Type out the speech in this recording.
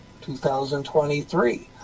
2023